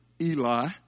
Eli